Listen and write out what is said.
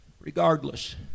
regardless